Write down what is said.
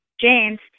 James